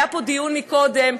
היה פה דיון קודם,